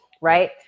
right